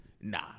Nah